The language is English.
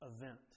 event